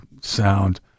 sound